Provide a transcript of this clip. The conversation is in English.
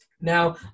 Now